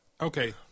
Okay